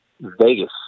Vegas